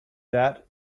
that